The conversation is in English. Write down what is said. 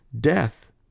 death